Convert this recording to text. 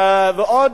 ועוד,